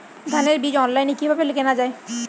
ধানের বীজ অনলাইনে কিভাবে কেনা যায়?